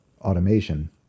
automation